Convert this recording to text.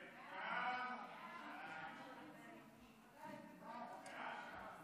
חוק סמכויות מיוחדות להתמודדות